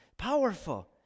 Powerful